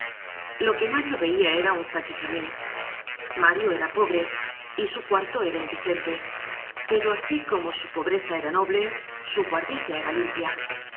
lo que mario veia era un zaquizamí mario era pobre y su cuarto era indigente pero asi como su pobreza era noble su buhardilla era limpia